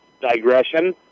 digression